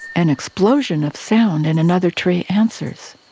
an explosion of sound in another tree answers,